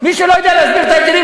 מי שלא יודע להסביר את ההבדלים,